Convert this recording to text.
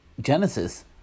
Genesis